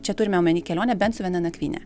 čia turima omenyje kelionę bent su viena nakvyne